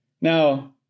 Now